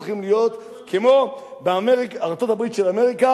אנחנו צריכים להיות כמו בארצות-הברית של אמריקה.